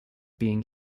being